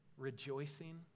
Rejoicing